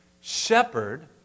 shepherd